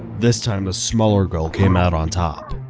this time the smaller girl came out on top,